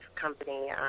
company